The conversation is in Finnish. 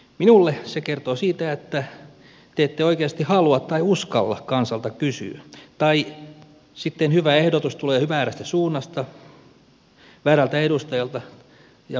minulle se kertoo siitä että te ette oikeasti halua tai uskalla kansalta kysyä tai sitten hyvä ehdotus tulee väärästä suunnasta väärältä edustajalta ja väärästä puolueesta